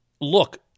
look